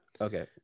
Okay